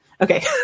Okay